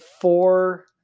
four